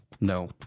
No